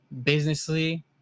businessly